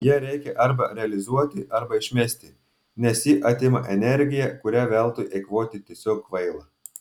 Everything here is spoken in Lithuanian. ją reikia arba realizuoti arba išmesti nes ji atima energiją kurią veltui eikvoti tiesiog kvaila